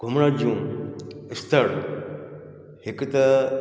घुमण जूं स्थर हिकु त